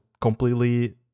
completely